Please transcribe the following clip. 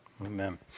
Amen